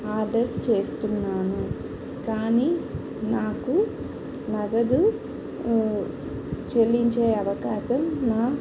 order చేస్తున్నాను కానీ నాకు నగదు చెల్లించే అవకాశం నా